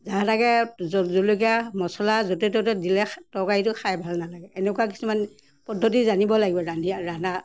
যা তাকৈ জলকীয়া মছলা য'তে ত'তে দিলে তৰকাৰীটো খাই ভাল নালাগে এনেকুৱা কিছুমান পদ্ধতি জানিব লাগিব ৰান্ধি ৰান্ধা